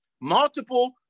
multiple